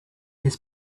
his